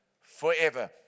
forever